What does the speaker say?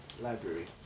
Library